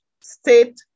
state